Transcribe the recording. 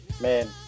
man